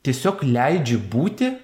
tiesiog leidžiu būti